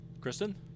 Kristen